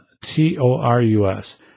T-O-R-U-S